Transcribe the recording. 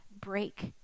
break